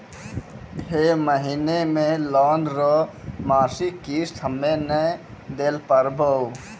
है महिना मे लोन रो मासिक किस्त हम्मे नै दैल पारबौं